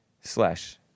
slash